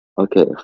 Okay